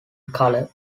colour